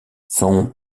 son